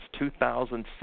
2006